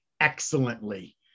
excellently